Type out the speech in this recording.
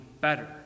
better